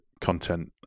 content